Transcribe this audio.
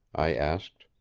i asked.